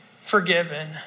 forgiven